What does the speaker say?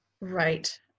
Right